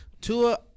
Tua